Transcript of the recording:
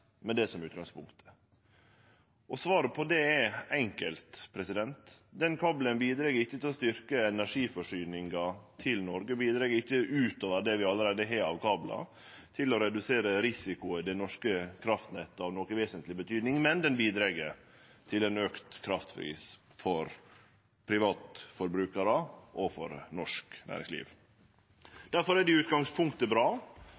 med det som er utgangspunktet? Svaret på det er enkelt: Den kabelen bidreg ikkje til å styrkje energiforsyninga til Noreg og bidreg ikkje utover det vi allereie har av kablar til å redusere risiko i det norske kraftnettet av noka vesentleg betydning – men kabelen bidreg til auka kraftpris for private forbrukarar og for norsk næringsliv. Difor er det i utgangspunktet bra